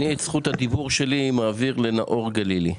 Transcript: את זכות הדיבור שלי אני מעביר לנאור גלילי.